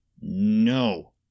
No